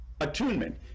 Attunement